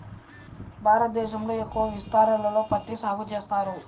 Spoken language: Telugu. భారతదేశంలో ఎక్కువ విస్తీర్ణంలో పత్తి సాగు చేస్తారు